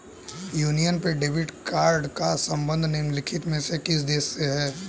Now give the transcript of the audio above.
Union pay debit card का संबंध निम्नलिखित में से किस देश से है?